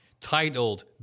titled